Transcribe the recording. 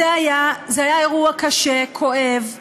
זה היה אירוע קשה, כואב לכולנו,